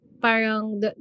parang